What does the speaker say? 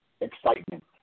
excitement